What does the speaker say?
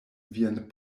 vian